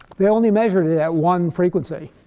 they only measured it at one frequency.